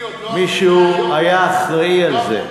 מישהו היה אחראי לזה.